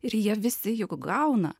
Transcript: ir jie visi juk gauna